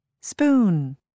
Spoon